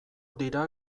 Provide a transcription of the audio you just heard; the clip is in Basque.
dira